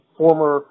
former